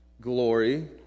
glory